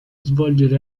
svolgere